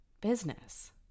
business